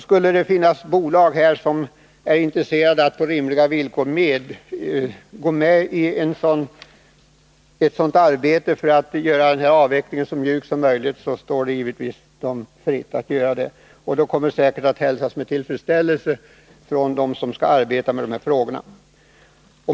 Skulle det finnas bolag som är intresserade av att på rimliga villkor gå med i ett sådant arbete för att göra denna avveckling så mjuk som möjligt, står det givetvis dem fritt att göra det. Det kommer säkert att hälsas med tillfredsställelse av dem som skall arbeta med dessa frågor.